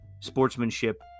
sportsmanship